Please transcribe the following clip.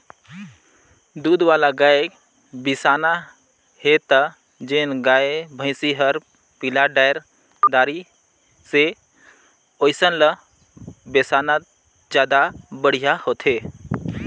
दूद वाला गाय बिसाना हे त जेन गाय, भइसी हर पिला डायर दारी से ओइसन ल बेसाना जादा बड़िहा होथे